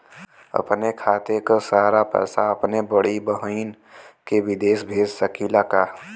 अपने खाते क सारा पैसा अपने बड़ी बहिन के विदेश भेज सकीला का?